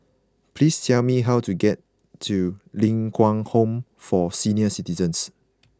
please tell me how to get to Ling Kwang Home for Senior Citizens